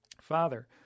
father